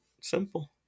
Simple